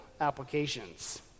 applications